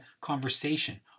conversation